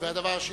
הדבר השני,